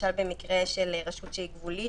למשל במקרה של רשות שהיא גבולית,